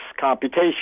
computation